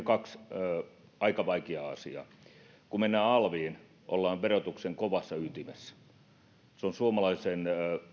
kaksi aika vaikeaa asiaa kun mennään alviin ollaan verotuksen kovassa ytimessä alv puoli on suomalaisen